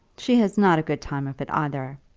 she has not a good time of it either.